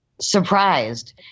surprised